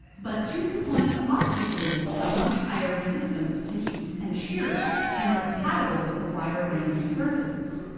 but two-component epoxy glues have much higher resistance to heat and shearing, and are compatible with a wider range of surfaces.